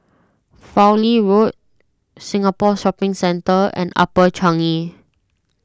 Fowlie Road Singapore Shopping Centre and Upper Changi